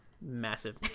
Massive